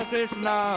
Krishna